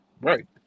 Right